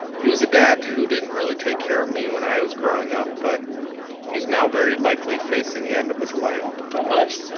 he was a dad who didn't really take care of me when i was growing up, but he's now very likely facing the end of his life the and